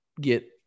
get